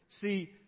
see